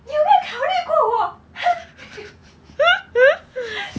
有没有考虑过我